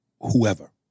Whoever